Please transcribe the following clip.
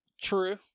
True